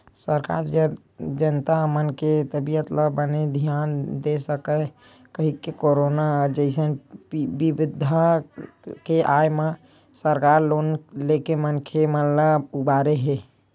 सरकार जनता मन के तबीयत ल बने धियान दे सकय कहिके करोनो जइसन बिपदा के आय म सरकार लोन लेके मनखे मन ल उबारे हे